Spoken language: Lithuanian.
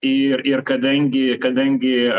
ir ir kadangi kadangi